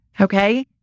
Okay